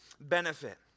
benefit